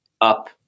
up